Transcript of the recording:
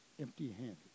empty-handed